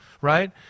Right